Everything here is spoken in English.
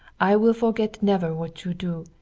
i will forget never what you do,